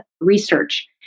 research